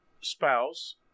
spouse